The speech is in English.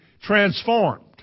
transformed